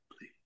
please